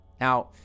Now